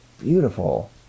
beautiful